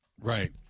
Right